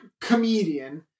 comedian